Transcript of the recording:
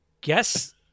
Guess